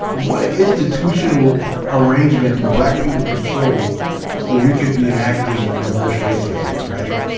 what institutional arrangement do black people control where we could be enacting reverse racism? right?